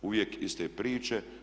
Uvijek iste priče.